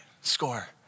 score